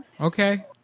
Okay